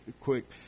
quick